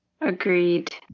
Agreed